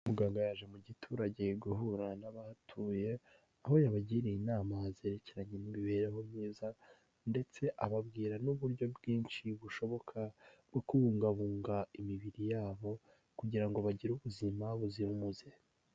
Muganga yaje mu giturage guhura n'abahatuye aho yabagiriye inama zerekeranye n'imibereho myiza, ndetse ababwira n'uburyo bwinshi bushoboka bwo kubungabunga imibiri yabo, kugira ngo bagire ubuzima buzira umuze.